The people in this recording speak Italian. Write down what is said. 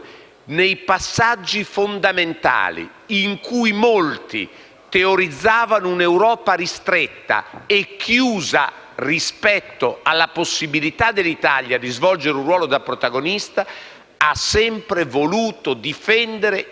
teorizzavano un'Europa ristretta e chiusa rispetto alla possibilità dell'Italia di svolgere un ruolo da protagonista, ha sempre voluto difendere il ruolo essenziale del nostro Paese in Europa.